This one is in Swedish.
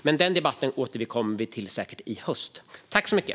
Men den debatten återkommer vi säkert till i höst.